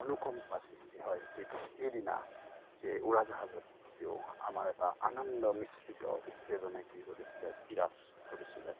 অনুকম্পা সৃষ্টি হয় ঠিক সেইদিনা যে উৰাজাহাজত উঠোতেও আমাৰ এটা আনন্দ মিশ্ৰিত উত্তেজনাই কি কৰিছিলে বিৰাজ কৰিছিলে